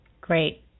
Great